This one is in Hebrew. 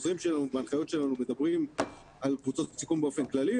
בהנחיות שלנו אנחנו מדברים על קבוצות סיכון באופן כללי,